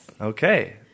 Okay